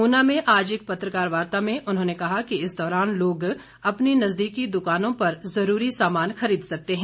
ऊना में आज एक पत्रकार वार्ता में उन्होंने कहा कि इस दौरान लोग अपनी नजदीकी दुकानों पर जरूरी जरूरी समान खरीद सकते हैं